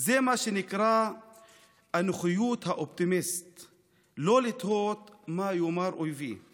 / זה מה שנקרא אנוכיות האופטימיסט / לא לתהות מה יאמר אויבי /